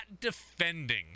defending